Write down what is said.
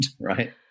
right